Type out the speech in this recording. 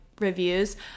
reviews